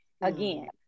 again